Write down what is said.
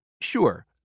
sure